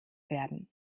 werden